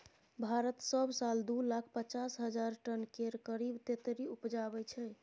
भारत सब साल दु लाख पचास हजार टन केर करीब तेतरि उपजाबै छै